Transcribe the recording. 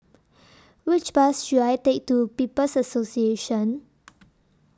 Which Bus should I Take to People's Association